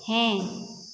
ᱦᱮᱸ